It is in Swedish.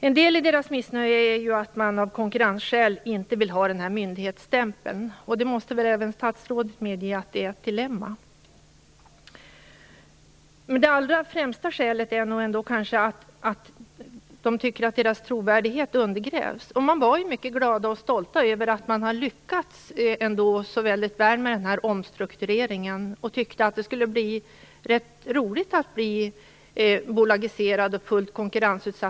En del av deras missnöje beror på att man av konkurrensskäl inte vill ha en myndighetsstämpel. Även statsrådet måste väl medge att detta är ett dilemma. Det allra främsta skälet till missnöjet är nog kanske ändå att de tycker att deras trovärdighet undergrävts. De var ju mycket glada och stolta över att de ändå hade lyckats så väl med omstruktureringen. De tyckte att det var ganska roligt att divisionen skulle bli bolagiserad och fullt konkurrensutsatt.